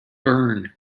burn